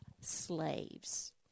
slaves